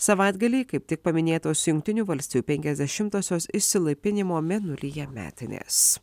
savaitgalį kaip tik paminėtos jungtinių valstijų penkiasdešimosios išsilaipinimo mėnulyje metinės